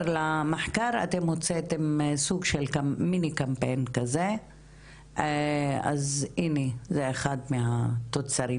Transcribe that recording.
למחקר אתם הוצאתם סוג של מיני קמפיין כזה אז הנה זה אחד מהתוצרים.